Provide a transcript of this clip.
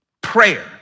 Prayer